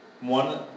one